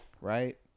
right